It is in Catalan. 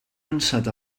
ansat